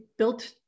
Built